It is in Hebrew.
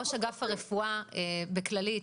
ראש אגף רפואה בכללית,